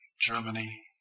Germany